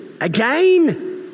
again